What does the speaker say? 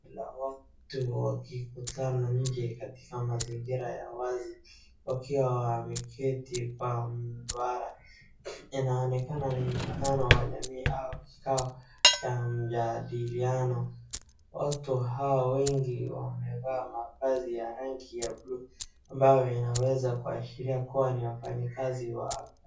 La watu wakikutana nje katika mazingira ya wazi wakiwa wameketi kwa mduara. Inaonekana ni mkutano wa jamii au kikao cha mjadiliano. Watu hawa wengi wamevaa mavazi ya rangi ya bluu ambayo inaweza kuashilia kuwa ni wafanyikazi wa afya.